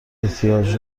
احتیاج